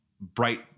bright